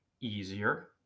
easier